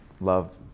Love